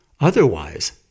Otherwise